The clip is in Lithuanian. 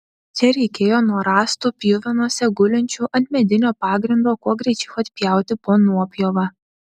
čia reikėjo nuo rąstų pjuvenose gulinčių ant medinio pagrindo kuo greičiau atpjauti po nuopjovą